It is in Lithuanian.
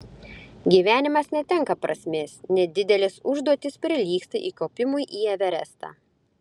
gyvenimas netenka prasmės nedidelės užduotys prilygsta įkopimui į everestą